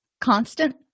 constant